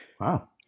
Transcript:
Wow